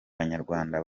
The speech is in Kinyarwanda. banyarwanda